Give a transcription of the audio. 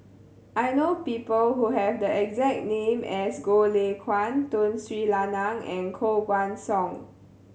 I know people who have the exact name as Goh Lay Kuan Tun Sri Lanang and Koh Guan Song